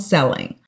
Selling